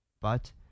But